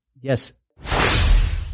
Yes